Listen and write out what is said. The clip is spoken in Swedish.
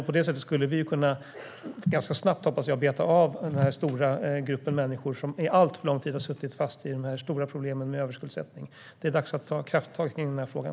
På det sättet skulle vi ganska snabbt, hoppas jag, kunna beta av den här stora gruppen människor som under alltför lång tid har suttit fast i problemen med överskuldsättning. Det är dags att ta krafttag när det gäller den här frågan.